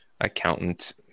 accountant